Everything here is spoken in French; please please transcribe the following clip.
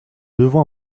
devons